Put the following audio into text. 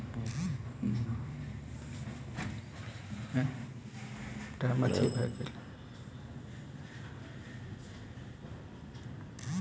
bougainvillea South America मुलक लत्ती बला फुल छै